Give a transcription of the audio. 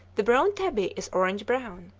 the brown tabby is orange brown,